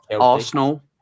Arsenal